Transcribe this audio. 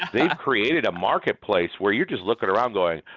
they've created a marketplace where you're just looking around going,